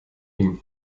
ihm